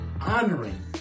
honoring